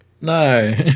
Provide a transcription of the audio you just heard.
No